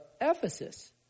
Ephesus